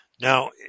Now